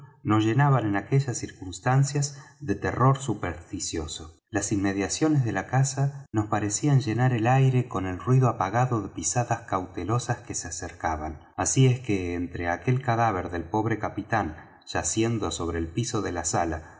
nos llenaban en aquellas circunstancias de terror supersticioso las inmediaciones de la casa nos parecían llenar el aire con el ruido apagado de pisadas cautelosas que se acercaban así es que entre aquel cadáver del pobre capitán yaciendo sobre el piso de la sala